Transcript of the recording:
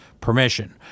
permission